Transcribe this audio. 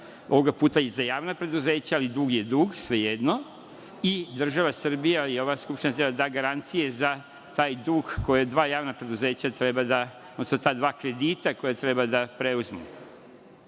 ovoga puta za javna preduzeća, ali dug je dug, svejedno, i država Srbija i ova Skupština treba da daju garancije za taj dug koje dva javna preduzeća, odnosno ta dva kredita koja treba ta javna